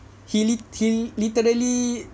he literally